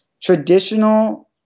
Traditional